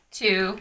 two